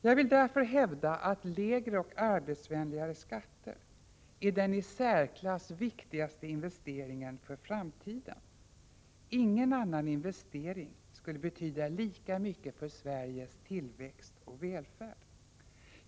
Jag vill därför hävda att lägre och arbetsvänligare skatter är den i särklass viktigaste investeringen för framtiden. Ingen annan investering skulle betyda lika mycket för Sveriges tillväxt och välfärd.